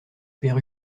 père